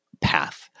path